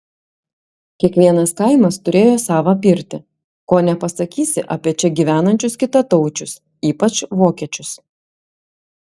kiekvienas kaimas turėjo savą pirtį ko nepasakysi apie čia gyvenančius kitataučius ypač vokiečius